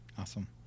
Awesome